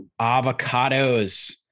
avocados